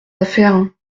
affaires